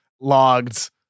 logged